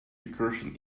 recursion